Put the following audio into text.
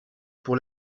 pour